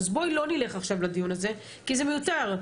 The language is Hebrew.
אז בואי לא נלך עכשיו לדיון הזה, כי זה מיותר.